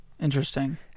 Interesting